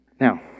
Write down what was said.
Now